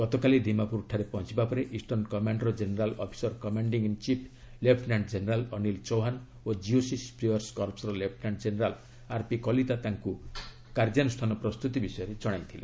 ଗତକାଲି ଦିମାପୁରଠାରେ ପହଞ୍ଚବା ପରେ ଇଷ୍ଟର୍ଣ୍ଣ କମାଣ୍ଡ୍ ର general officer commanding in chief lieutenant general Anil Chauhan ଓ କିଓସି ସ୍ୱିୟର୍ କର୍ସ୍ତ ର ଲେଫ୍ଟ୍ନାଣ୍ଟ୍ ଜେନେରାଲ୍ ଆର୍ପି କଲିତା ତାଙ୍କୁ ପ୍ରସ୍ତୁତି ବିଷୟରେ ଜଣାଇଥିଲେ